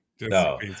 No